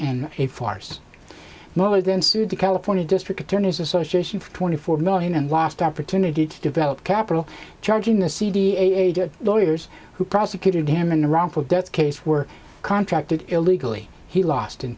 the california district attorney's association for twenty four million and lost opportunity to develop capital charging the cd aided lawyers who prosecuted damn in a wrongful death case were contracted illegally he lost in